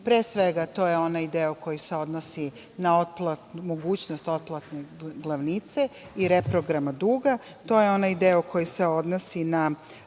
svega, to je onaj deo koji se odnosi na mogućnost otplate glavnice i reprograma duga, to je onaj deo koji se odnosi na